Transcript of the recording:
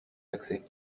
d’accès